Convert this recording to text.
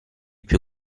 più